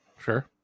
Sure